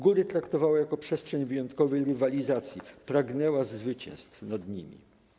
Góry traktowała jako przestrzeń wyjątkowej rywalizacji, pragnęła zwycięstw nad nimi.